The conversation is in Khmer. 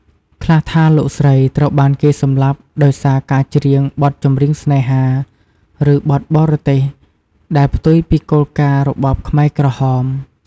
ខ្លះថា លោកស្រីត្រូវបានគេសម្លាប់ដោយសារការច្រៀងបទចម្រៀងស្នេហា ឬបទបរទេស ដែលផ្ទុយពីគោលការណ៍របបខ្មែរក្រហម។